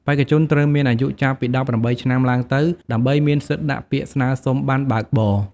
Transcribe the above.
បេក្ខជនត្រូវមានអាយុចាប់ពី ១៨ ឆ្នាំឡើងទៅ ដើម្បីមានសិទ្ធិដាក់ពាក្យស្នើសុំប័ណ្ណបើកបរ។